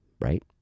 right